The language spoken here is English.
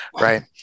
right